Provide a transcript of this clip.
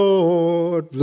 Lord